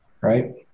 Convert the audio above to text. right